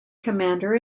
commander